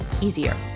easier